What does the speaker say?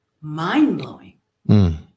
mind-blowing